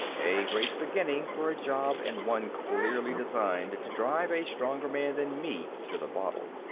a great beginning for a job and one clearly designed to drive a stronger man than me to the bottle.